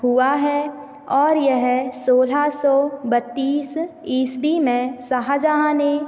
हुआ है और यह सोलह सौ बत्तीस ईस्वी में शाह जहाँ ने